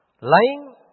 lying